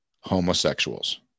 homosexuals